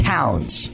Towns